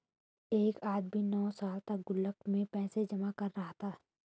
एक आदमी नौं सालों तक गुल्लक में पैसे जमा कर रहा था